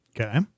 Okay